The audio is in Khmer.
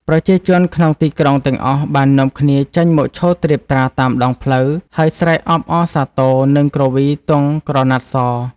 ប្រជាជនក្នុងទីក្រុងទាំងអស់បាននាំគ្នាចេញមកឈរត្រៀបត្រាតាមដងផ្លូវ ហើយស្រែកអបអរសាទរ និងគ្រវីទង់ក្រណាត់ស